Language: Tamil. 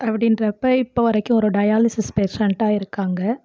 அப்படின்றப்ப இப்போ வரைக்கும் ஒரு டயாலிஸிஸ் பேஷண்ட்டாக இருக்காங்க